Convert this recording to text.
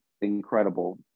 incredible